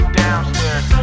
downstairs